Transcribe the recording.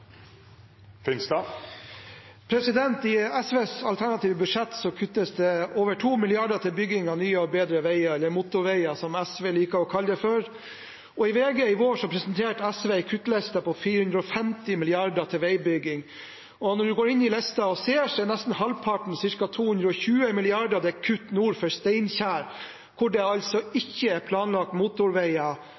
ikke. I SVs alternative budsjett kuttes det over 2 mrd. kr til bygging av nye og bedre veier – eller motorveier, som SV liker å kalle det for. I VG i vår presenterte SV ei kuttliste på 450 mrd. kr til veibygging. Når man går inn og ser på lista, er nesten halvparten – ca. 220 mrd. kr – kutt nord for Steinkjer, hvor det altså ikke er planlagt